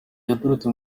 yaturutse